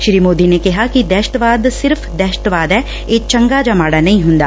ਸ੍ੀ ਮੋਦੀ ਨੇ ਕਿਹਾ ਕਿ ਦਹਿਸ਼ਤਵਾਦ ਸਿਰਫ਼ ਦਹਿਸ਼ਤਵਾਦ ਐ ਇਹ ਚੰਗਾ ਜਾਂ ਮਾੜਾ ਨਹੀਂ ਹੁੰਦਾ